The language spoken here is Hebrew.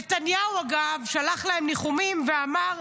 נתניהו, אגב, שלח להם ניחומים ואמר: